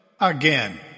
Again